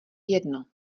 jedno